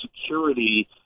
security